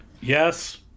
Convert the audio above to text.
Yes